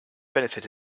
benefit